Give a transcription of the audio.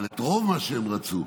אבל את רוב מה שהם רצו,